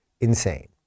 insane